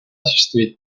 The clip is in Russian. осуществить